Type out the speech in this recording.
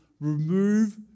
remove